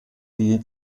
die